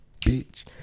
bitch